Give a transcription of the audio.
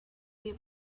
бий